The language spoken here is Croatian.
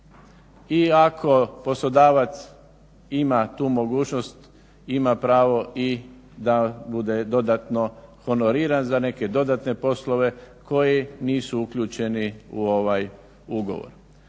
i ako poslodavac ima tu mogućnost ima pravo i da bude dodatno honoriran za neke dodatne poslove koji nisu uključeni u ovaj ugovor.